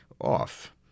off